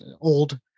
old